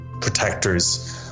protectors